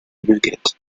nougat